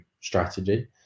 strategy